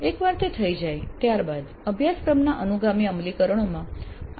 એકવાર તે થઈ જાય ત્યાર બાદ અભ્યાસક્રમના અનુગામી અમલીકરણોમાં આ એટલું ભારરૂપ નહીં હોય